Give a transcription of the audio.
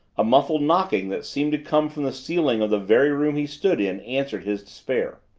a muffled knocking that seemed to come from the ceiling of the very room he stood in answered his despair.